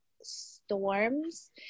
storms